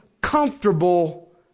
comfortable